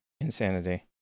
insanity